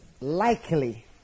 likely